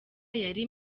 yari